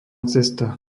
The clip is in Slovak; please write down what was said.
cesta